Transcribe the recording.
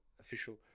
official